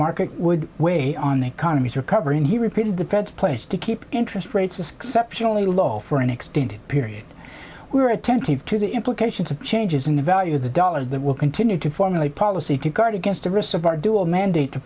market would weigh on the economy is recovering he repeated the fed's place to keep interest rates is exceptionally low for an extended period we're attentive to the implications of changes in the value of the dollar that will continue to formulate policy to guard against the risks of our dual mandate to